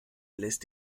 lässt